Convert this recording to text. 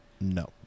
No